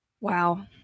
Wow